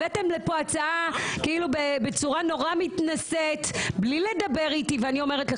הבאתם לפה הצעה בצורה נורא מתנשאת בלי לדבר איתי ואני אומרת לך,